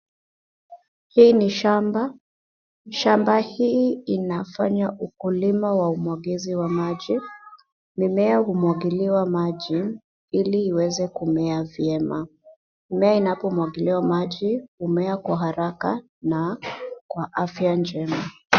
Hii ni shamba, shamba hii inafanya ukulima wa umwageze wa maji. Mimea umwagiliwa maji ili iweze kumea vyema. Mimea inapomwagiliwa maji umea kwa haraka na kwa afya njema.